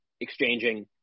exchanging